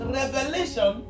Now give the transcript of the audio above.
revelation